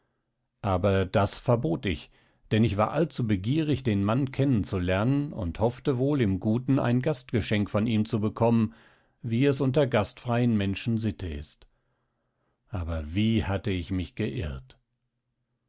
aber das verbot ich denn ich war allzu begierig den mann kennen zu lernen und hoffte wohl im guten ein gastgeschenk von ihm zu bekommen wie es unter gastfreien menschen sitte ist aber wie hatte ich mich geirrt